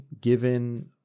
given